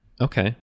Okay